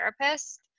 therapist